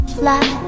fly